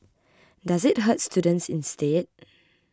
does it hurt students instead